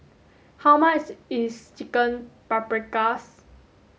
how much is Chicken Paprikas